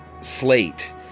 Slate